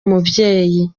umubyeyi